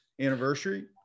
anniversary